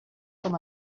com